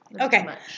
Okay